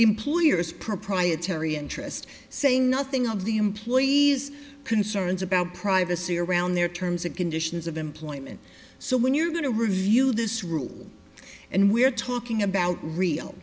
employer's proprietary interest saying nothing of the employee's concerns about privacy around their terms and conditions of employment so when you're going to review this rule and we are talking about real